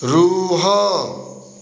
ରୁହ